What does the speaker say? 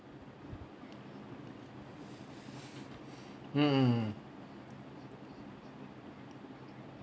mm mm